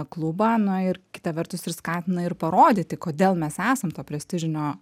klubą na ir kita vertus ir skatina ir parodyti kodėl mes esam to prestižinio